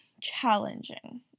challenging